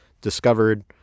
discovered